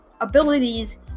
abilities